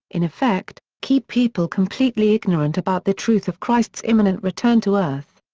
in effect, keep people completely ignorant about the truth of christ's imminent return to earth.